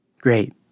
Great